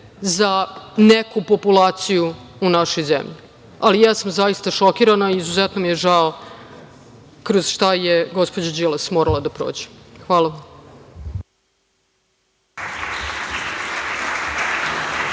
za neku populaciju u našoj zemlji. Zaista, ja sam šokirana i izuzetno mi je žao kroz šta je gospođa Đilas morala da prođe. Hvala.